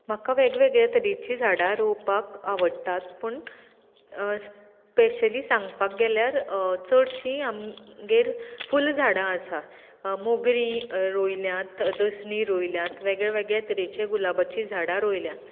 म्हाका वेग वेगळ्या तरेची झाडां रोंवपाक आवडटात पूण स्पेशली सांगपाक गेल्यार चडशीं आमगेर फुल झाडां आसात मोगरी रोंयल्यांत दसणी रोंयल्यात वेगळ्या वेगळ्या तरेचे गुलाबाचीं झाडां रोंयल्यात